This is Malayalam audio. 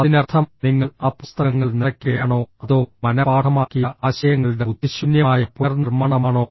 അതിനർത്ഥം നിങ്ങൾ ആ പുസ്തകങ്ങൾ നിറയ്ക്കുകയാണോ അതോ മനപാഠമാക്കിയ ആശയങ്ങളുടെ ബുദ്ധിശൂന്യമായ പുനർനിർമ്മാണമാണോ